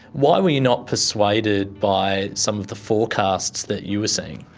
why were you not persuaded by some of the forecasts that you were seeing?